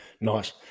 Nice